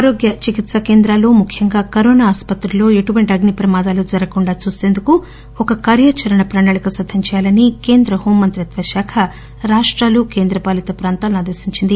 ఆరోగ్య చికిత్సా కేంద్రాలు ముఖ్యంగా కరోనా ఆస్పత్రుల్లో ఎటువంటి అగ్పి ప్రమాదాలు జరగకుండా చూసేందుకు ఒక కార్యాచరణ ప్రణాళిక సిద్ధం చేయాలని కేంద్ర హోం మంత్రిత్వ శాఖ రాష్టాలు కేంద్రపాలిత ప్రాంతాలను ఆదేశించింది